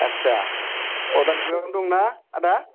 आच्चा अदालगुरियावनो दंना आदा